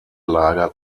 lager